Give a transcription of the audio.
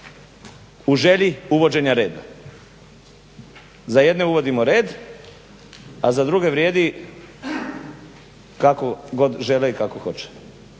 u želji uvođenja reda. Za jedne uvodimo red, a za druge vrijedi kako god žele i kako hoće.